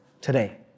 Today